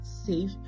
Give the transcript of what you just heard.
safe